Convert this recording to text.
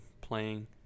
playing